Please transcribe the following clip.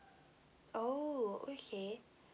oh okay